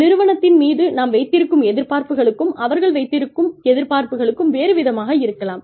நிறுவனத்தின் மீது நாம் வைத்திருக்கும் எதிர்பார்ப்புகளுக்கும் அவர்கள் வைத்திருக்கும் வைத்திருக்கும் எதிர்பார்ப்புகளும் வேறு விதமாக இருக்கலாம்